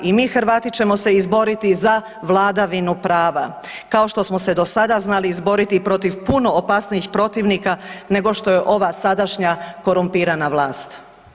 I mi Hrvati ćemo se izboriti za vladavinu prava kao što smo se do sada znali izboriti protiv i puno opasnijih protivnika nego što je ova sadašnja korumpirana vlast.